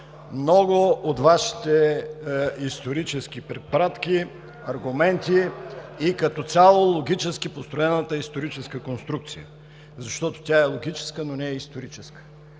много от Вашите исторически препратки, аргументи и като цяло логически построената историческа конструкция, защото тя е логическа, но не е историческа.